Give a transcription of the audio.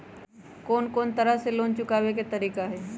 कोन को तरह से लोन चुकावे के तरीका हई?